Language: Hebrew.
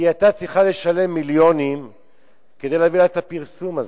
היא היתה צריכה לשלם מיליונים כדי להביא לה את הפרסום הזה.